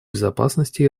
безопасности